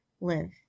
live